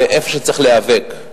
איפה שצריך להיאבק.